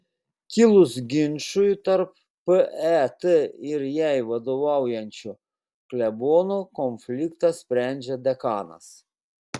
kilus ginčui tarp pet ir jai vadovaujančio klebono konfliktą sprendžia dekanas